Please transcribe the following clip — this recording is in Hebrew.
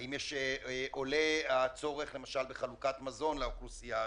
האם עולה הצורך בחלוקת מזון לאוכלוסייה הזאת?